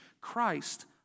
Christ